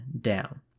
down